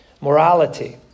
morality